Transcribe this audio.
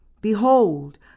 Behold